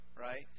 right